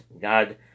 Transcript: God